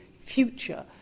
future